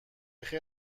خیر